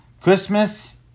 Christmas